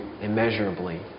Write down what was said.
immeasurably